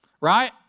Right